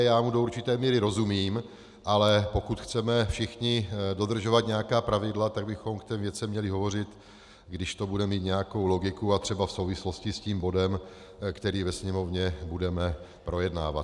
Já mu do určité míry rozumím, ale pokud chceme všichni dodržovat nějaká pravidla, tak bychom k těm věcem měli hovořit, když to bude mít nějakou logiku a třeba v souvislosti s tím bodem, který ve Sněmovně budeme projednávat.